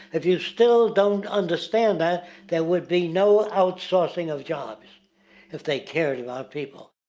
if you still don't understand that there would be no outsourcing of jobs if they cared about people.